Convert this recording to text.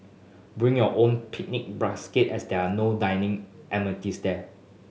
bring your own picnic basket as they are no dining amenities there